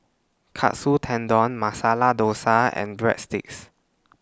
Katsu Tendon Masala Dosa and Breadsticks